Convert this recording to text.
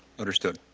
understood.